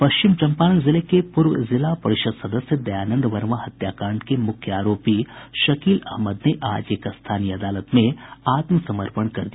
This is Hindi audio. पश्चिम चंपारण जिले के पूर्व जिला परिषद् सदस्य दयानंद वर्मा हत्याकांड के मुख्य आरोपी शकील अहमद ने आज एक स्थानीय अदालत में आत्मसमर्पण कर दिया